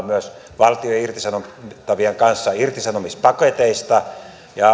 myös valtion ja irtisanottavien kanssa irtisanomispaketeista